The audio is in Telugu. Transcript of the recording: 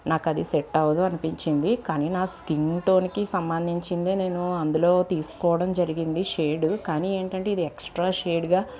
నాకది సెట్ అవదు అనిపించింది కానీ నా స్కిన్ టోన్కి సంబంధించిందే నేను అందులో తీసుకోవడం జరిగింది షేడు కానీ ఏంటంటే ఇది ఎక్స్ట్రా షేడ్గా